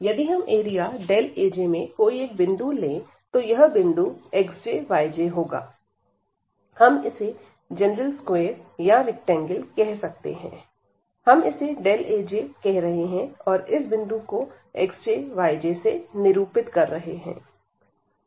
यदि हम area Aj में कोई एक बिंदु ले तो यह बिंदु xj yj होगा हम इसे जनरल स्क्वायर या रैक्टेंगल कह सकते हैं हम इसे Aj कह रहे हैं और इस बिंदु को xj yj से निरूपित कर रहे हैं